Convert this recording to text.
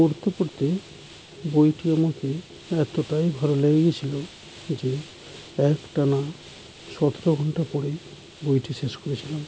পড়তে পড়তে বইটি আমাকে এতটাই ভালো লেগে গেছিলো যে একটানা সতেরো ঘন্টা পরে বইটি শেষ করেছিলাম